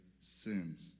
sins